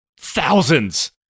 thousands